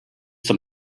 zum